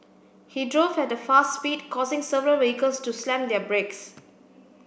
he drove at a fast speed causing several vehicles to slam their brakes